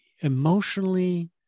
emotionally